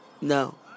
No